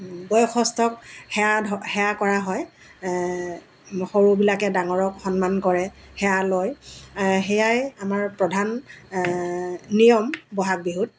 বয়সস্থক সেৱা ধ সেৱা কৰা হয় সৰুবিলাকে ডাঙৰক সন্মান কৰে সেৱা লয় সেয়াই আমৰ প্ৰধান নিয়ম বহাগ বিহুত